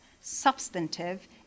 substantive